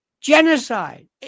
genocide